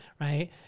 right